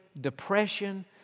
depression